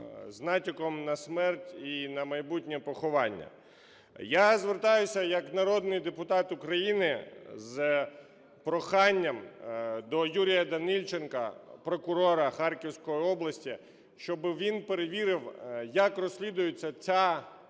з натяком на смерть і на майбутнє поховання. Я звертаюся як народний депутат з проханням до Юрія Данильченка, прокурора Харківської області, щоб він перевірив, як розслідується ця